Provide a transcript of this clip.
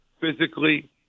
physically